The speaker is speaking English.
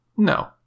No